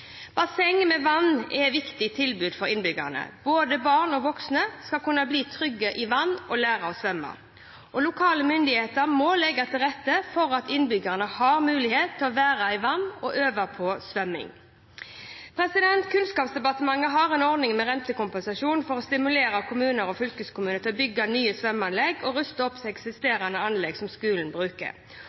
Basseng med vann er et viktig tilbud for innbyggerne. Både barn og voksne skal kunne bli trygge i vann og lære å svømme. Lokale myndigheter må legge til rette for at innbyggerne har mulighet til å være i vann og øve på svømming. Kunnskapsdepartementet har en ordning med rentekompensasjon for å stimulere kommuner og fylkeskommuner til å bygge nye svømmeanlegg og ruste opp eksisterende anlegg som skolen bruker.